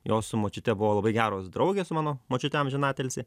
jos su močiute buvo labai geros draugės su mano močiute amžiną atilsį